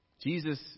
Jesus